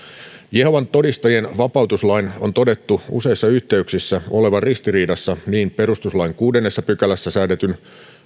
jehovan todistajien vapautuslain on useissa yhteyksissä todettu olevan ristiriidassa niin perustuslain kuudennessa pykälässä säädetyn